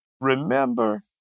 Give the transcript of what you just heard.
remember